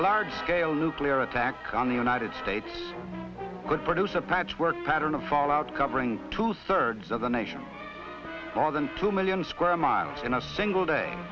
a large scale nuclear attack on the united states could produce a patchwork pattern of fallout covering two thirds of the nation more than two million square miles in a single day